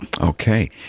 Okay